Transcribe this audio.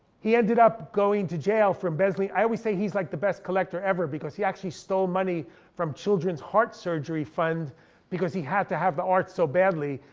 he ended up going to jail for embezzling, i always say he's like the best collector ever because he actually stole money from children's heart surgery funds because he had to have the arts so badly.